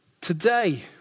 Today